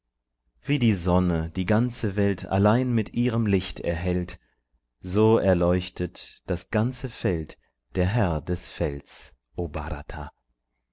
wie die sonne die ganze welt allein mit ihrem licht erhellt so erleuchtet das ganze feld der herr des felds